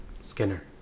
Skinner